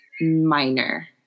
minor